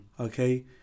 Okay